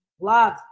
Love